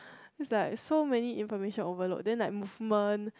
it's like so many information overload and then like movement